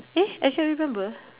eh actually I remember